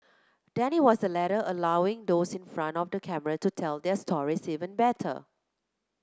Danny was the latter allowing those in front of the camera to tell their stories even better